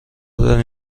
داری